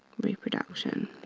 reproduction.